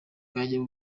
byajya